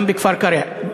גם בכפר-קרע,